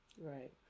right